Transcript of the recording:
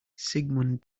sigmund